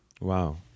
wow